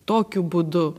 tokiu būdu